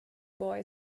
boy